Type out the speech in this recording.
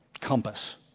compass